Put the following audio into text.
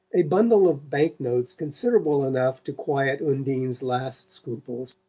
a bundle of banknotes considerable enough to quiet undine's last scruples.